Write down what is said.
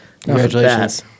Congratulations